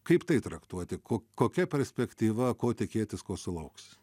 kaip tai traktuoti ko kokia perspektyva ko tikėtis ko sulauks